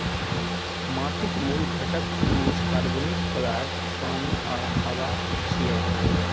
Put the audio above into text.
माटिक मूल घटक खनिज, कार्बनिक पदार्थ, पानि आ हवा छियै